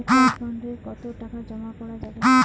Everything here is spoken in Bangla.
একটা একাউন্ট এ কতো টাকা জমা করা যাবে?